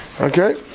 Okay